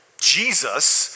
Jesus